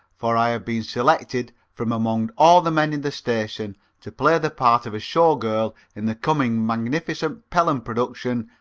for i have been selected from among all the men in the station to play the part of a show girl in the coming magnificent pelham production,